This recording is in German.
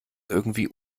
irgendwie